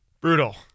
Brutal